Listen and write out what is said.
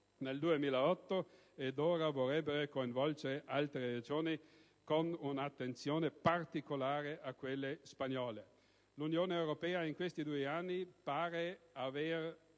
nel 2008 ed ora vorrebbero coinvolgere altre regioni, con un'attenzione particolare a quelle spagnole. L'Unione europea in questi due anni pare aver